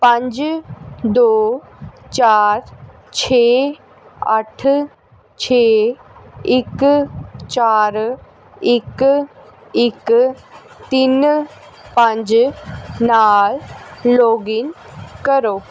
ਪੰਜ ਦੋ ਚਾਰ ਛੇ ਅੱਠ ਛੇ ਇੱਕ ਚਾਰ ਇੱਕ ਇੱਕ ਤਿੰਨ ਪੰਜ ਨਾਲ ਲੌਗਇਨ ਕਰੋ